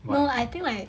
no I think like